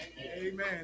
Amen